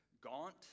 gaunt